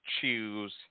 choose